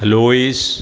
louise